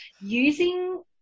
using